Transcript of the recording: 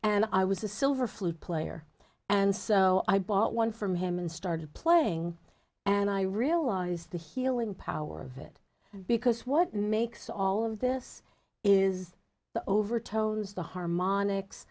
and i was a silver flute player and so i bought one from him and started playing and i realized the healing power of it because what makes all of this is the overtones the